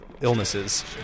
illnesses